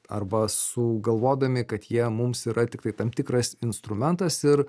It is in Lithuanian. arba sugalvodami kad jie mums yra tiktai tam tikras instrumentas ir